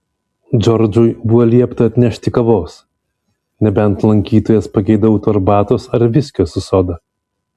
džordžui buvo liepta atnešti kavos nebent lankytojas pageidautų arbatos ar viskio su soda